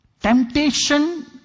temptation